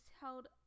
held